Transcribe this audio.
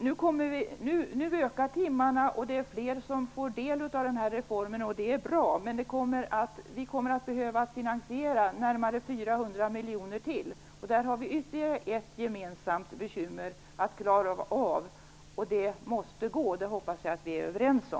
Nu ökar timmarna, och det är fler som får del av denna reform, och det är bra. Men vi kommer att behöva finansiera närmare ytterligare 400 miljoner kronor. Där har vi ännu ett gemensamt bekymmer att klara av, och det måste gå. Det hoppas jag att vi är överens om.